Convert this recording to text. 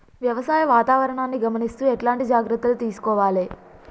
వ్యవసాయ వాతావరణాన్ని గమనిస్తూ ఎట్లాంటి జాగ్రత్తలు తీసుకోవాలే?